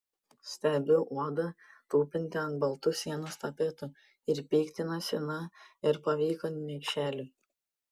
stebiu uodą tupintį ant baltų sienos tapetų ir piktinuosi na ir pavyko niekšeliui